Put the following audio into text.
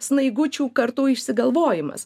snaigučių kartų išsigalvojimas